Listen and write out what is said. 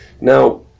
Now